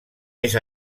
més